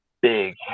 Big